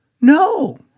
No